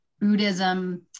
Buddhism